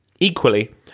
Equally